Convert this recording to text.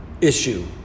issue